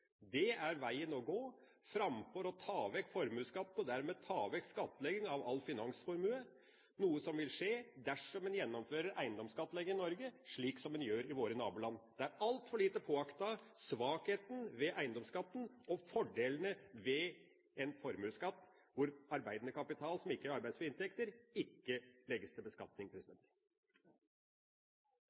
formuesskatt er vegen å gå framfor å ta vekk formuesskatt og dermed ta vekk skattlegging av all finansformue, noe som vil skje dersom en gjennomfører eiendomsskattlegging i Norge, slik som en gjør i våre naboland. Svakheten ved eiendomsskatten og fordelene ved en formuesskatt hvor arbeidende kapital, som ikke er arbeidsfrie inntekter, ikke legges til beskatning,